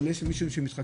אבל יש מי שמתחכם?